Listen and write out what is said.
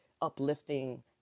uplifting